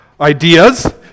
ideas